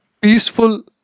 peaceful